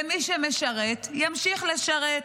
ומי שמשרת, ימשיך לשרת.